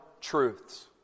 truths